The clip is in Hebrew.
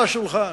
על השולחן,